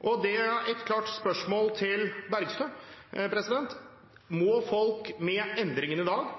og da har jeg et klart spørsmål til Bergstø: Må folk – med endringen i dag